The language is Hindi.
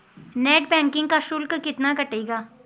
नेट बैंकिंग का शुल्क कितना कटेगा?